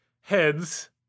heads